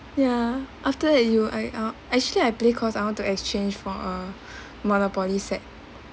ya after you I uh actually I play cause I want to exchange for a monopoly set